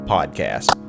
Podcast